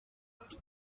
yagize